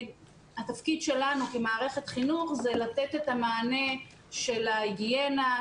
התפקיד שלנו כמערכת חינוך זה לתת את המענה של ההיגיינה,